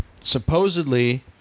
supposedly